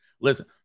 listen